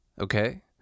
Okay